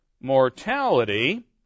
mortality